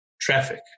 traffic